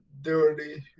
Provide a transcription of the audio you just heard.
Dirty